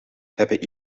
hebben